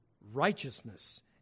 righteousness